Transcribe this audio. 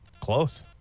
Close